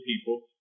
people